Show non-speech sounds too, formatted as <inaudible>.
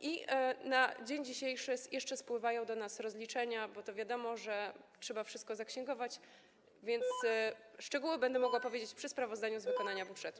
i na dzień dzisiejszy jeszcze spływają do nas rozliczenia, bo wiadomo, że trzeba to wszystko zaksięgować, więc <noise> szczegóły będę mogła przedstawić przy sprawozdaniu z wykonania budżetu.